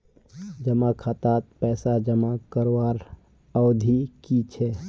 जमा खातात पैसा जमा करवार अवधि की छे?